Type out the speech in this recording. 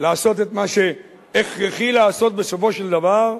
לעשות את מה שהכרחי לעשות בסופו של דבר.